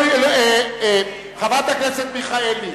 חברת הכנסת מיכאלי,